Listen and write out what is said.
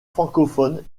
francophone